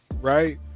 right